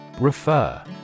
Refer